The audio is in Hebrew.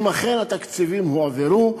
אם אכן התקציבים הועברו,